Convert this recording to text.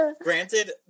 Granted